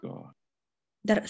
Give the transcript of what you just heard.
God